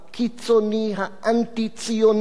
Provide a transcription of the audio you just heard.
הקיצוני האנטי-ציוני,